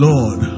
Lord